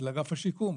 של אגף השיקום,